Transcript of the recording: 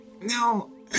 No